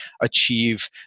achieve